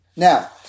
Now